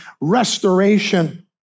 restoration